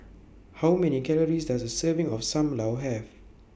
How Many Calories Does A Serving of SAM Lau Have